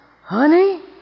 Honey